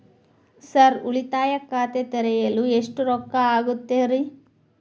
Sir ಉಳಿತಾಯ ಖಾತೆ ತೆರೆಯಲು ಎಷ್ಟು ರೊಕ್ಕಾ ಆಗುತ್ತೇರಿ?